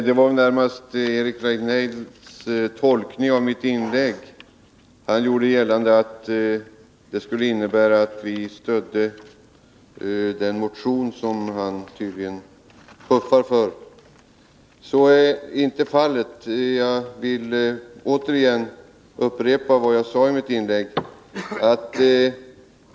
Herr talman! Eric Rejdnell tolkade mitt inlägg så att det skulle innebära att vi stödde den motion som han tydligen puffar för. Så är inte fallet. Jag vill återigen upprepa vad jag sade i mitt inlägg.